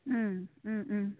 ओम Om ओम